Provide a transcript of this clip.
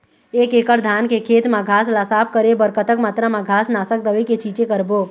एक एकड़ धान के खेत मा घास ला साफ करे बर कतक मात्रा मा घास नासक दवई के छींचे करबो?